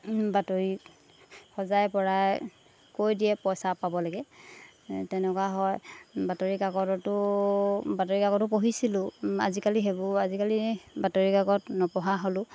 বাতৰি সজাই পৰাই কৈ দিয়ে পইচা পাব লাগে তেনেকুৱা হয় বাতৰি কাকতো বাতৰি কাকতো পঢ়িছিলোঁ আজিকালি সেইবোৰ আজিকালি বাতৰি কাকত নপঢ়া হ'লো